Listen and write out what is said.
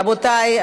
רבותי,